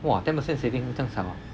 !wah! ten percent savings 是正常哦